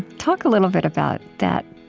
talk a little bit about that,